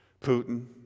Putin